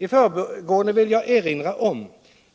I förbigående vill jag igen erinra om,